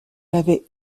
avait